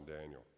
Daniel